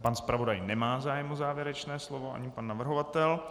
Pan zpravodaj nemá zájem o závěrečné slovo ani pan navrhovatel.